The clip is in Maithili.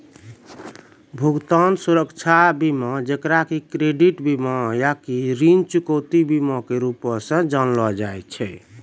भुगतान सुरक्षा बीमा जेकरा कि क्रेडिट बीमा आकि ऋण चुकौती बीमा के रूपो से जानलो जाय छै